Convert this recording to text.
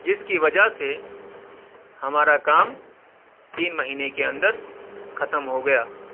جس کی وجہ سے ہمارا کام تین مہینے کے اندر ختم ہو گیا